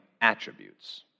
attributes